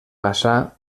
passà